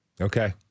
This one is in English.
Okay